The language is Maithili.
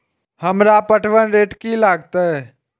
हमरा पटवन रेट की लागते?